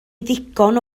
ddigon